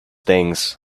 things